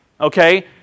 Okay